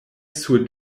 sur